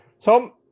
Tom